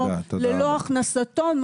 ללא הכנסתו.